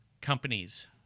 companies